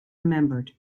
remembered